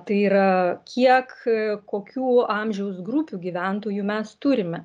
tai yra kiek kokių amžiaus grupių gyventojų mes turime